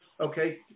okay